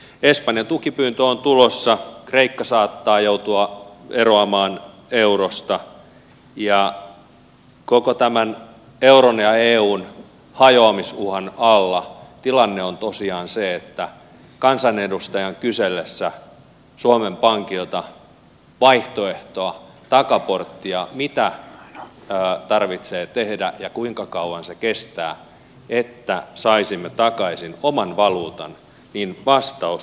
espanjan tukipyyntö on tulossa kreikka saattaa joutua eroamaan eurosta ja koko tämän euron ja eun hajoamisuhan alla tilanne on tosiaan se että kansanedustajan kysellessä suomen pankilta vaihtoehtoa takaporttia mitä tarvitsee tehdä ja kuinka kauan se kestää että saisimme takaisin oman valuutan vastaus on